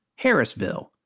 Harrisville